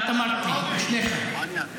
את אמרת לי, שניכם.